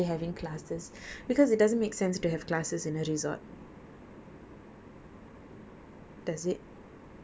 I can't remember if my memory is fuzzy or is just they were actually having classes because it doesn't make sense to have classes in a resort